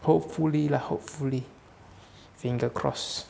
hopefully lah hopefully finger cross